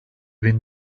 bin